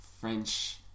French